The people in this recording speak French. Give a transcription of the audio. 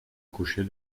coucher